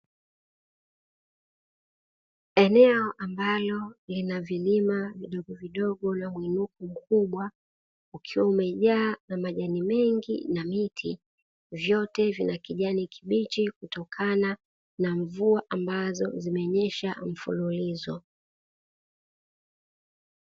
Eneo ambalo lina vilima vidogovidogo vya mwinuko mkubwa, ukiwa umejaa na majani mengi na miti, vyote vina kijani kibichi kutokana na mvua ambazo zimenyesha mfululizo.